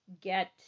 get